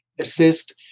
assist